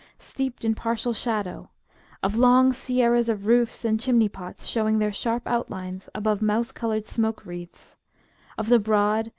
steeped in partial shadow of long sierras of roofs and chimney-pots, showing their sharp outlines above mouse-coloured smoke-wreaths of the broad,